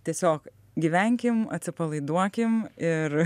tiesiog gyvenkim atsipalaiduokim ir